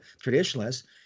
traditionalists